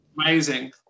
amazing